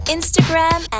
Instagram